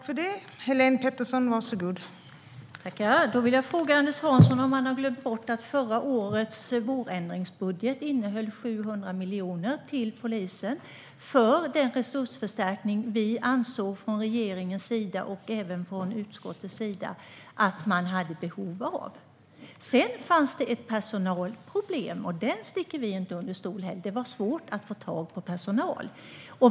Fru talman! Jag vill fråga Anders Hansson om han har glömt bort att förra årets vårändringsbudget innehöll 700 miljoner till polisen för den resursförstärkning som regeringen och utskottet ansåg att man hade behov av. Sedan fanns det ett personalproblem - det sticker vi inte under stol med. Det var svårt att få tag på personal.